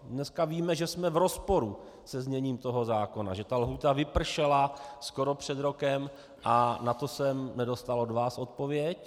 Dneska víme, že jsme v rozporu se zněním toho zákona, že ta lhůta vypršela skoro před rokem, a na to jsem nedostal od vás odpověď.